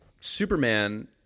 Superman